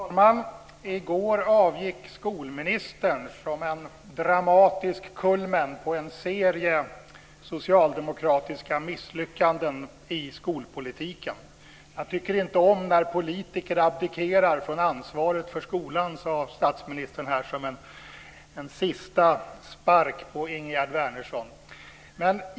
Fru talman! I går avgick skolministern som en dramatisk kulmen på en serie socialdemokratiska misslyckanden i skolpolitiken. Jag tycker inte om när politiker abdikerar från ansvaret för skolan, sade statsministern som en sista spark på Ingegerd Wärnersson.